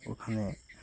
ওখানে